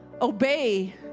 obey